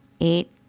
Eight